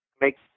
make